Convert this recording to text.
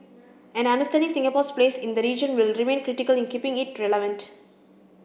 and understanding Singapore's place in the region will remain critical in keeping it relevant